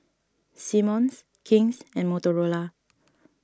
Simmons King's and Motorola